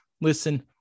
Listen